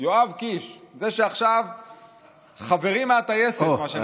יואב קיש, חברי מהטייסת, מה שנקרא.